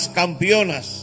campeonas